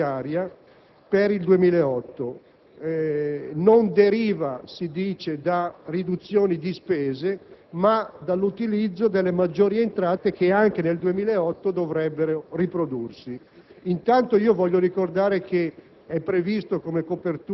la questione della copertura della finanziaria per il 2008, essa non deriva da riduzioni di spese ma dall'utilizzo delle maggiori entrate che, anche nel 2008, dovrebbero riprodursi.